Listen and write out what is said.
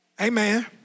amen